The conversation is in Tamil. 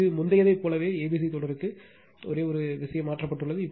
இது முந்தையதைப் போலவே a b c தொடர்க்கு ஒரே ஒரு விஷயம் மாற்றப்பட்டுள்ளது